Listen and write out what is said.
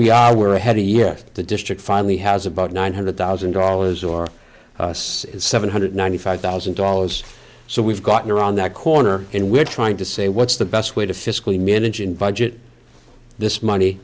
we are we're ahead a year the district finally has about nine hundred thousand dollars or seven hundred ninety five thousand dollars so we've gotten around that corner and we're trying to say what's the best way to fiscally manage and budget this money